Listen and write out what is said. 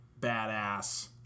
badass